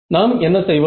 நாம் என்ன செய்வோம்